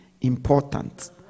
important